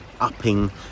upping